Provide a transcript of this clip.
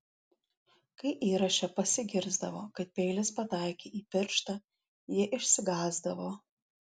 kai įraše pasigirsdavo kad peilis pataikė į pirštą ji išsigąsdavo